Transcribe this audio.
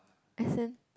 as in